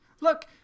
Look